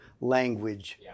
language